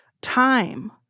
time